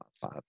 five